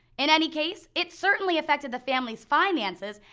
in any case, it certainly affected the families finances,